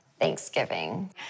Thanksgiving